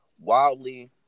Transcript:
wildly